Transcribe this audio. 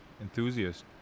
Enthusiast